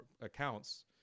accounts